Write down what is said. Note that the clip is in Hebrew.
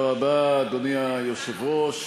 תודה רבה, אדוני היושב-ראש,